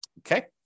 okay